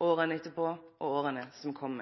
etterpå og i åra som kjem.